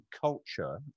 culture